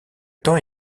temps